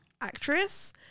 actress